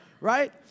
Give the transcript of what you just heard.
right